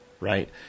right